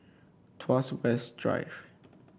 Tuas West Drive